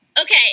Okay